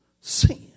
sin